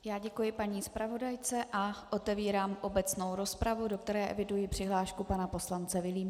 Já děkuji paní zpravodajce a otevírám obecnou rozpravu, do které eviduji přihlášku pana poslance Vilímce.